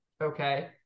okay